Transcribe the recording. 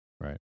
Right